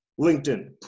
LinkedIn